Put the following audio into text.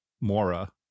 Mora